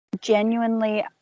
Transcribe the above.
genuinely